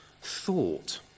thought